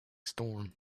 storm